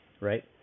right